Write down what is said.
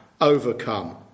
overcome